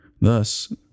Thus